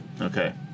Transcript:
okay